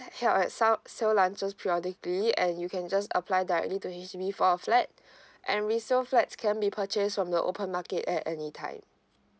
held at sale sale launches periodically and you can just apply directly to H_D_B for a flat and resale flats can be purchase from the open market at any time